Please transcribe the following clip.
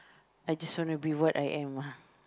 I just want to be what I am ah